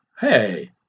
hey